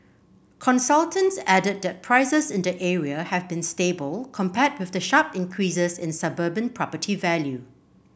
consultants added that prices in the area have been stable compared with the sharp increases in suburban property value